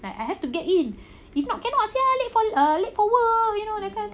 like I have to get in if not cannot sia late for err late for work you know that kind of thing